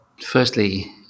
firstly